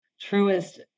truest